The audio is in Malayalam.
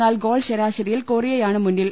എന്നാൽ ഗോൾ ശരാശരിയിൽ കൊറി യയാണ് മുന്നിൽ